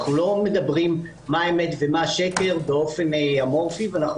אנחנו לא מדברים מה אמת ומה שקר באופן אמורפי ואנחנו